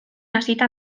hasita